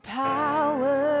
power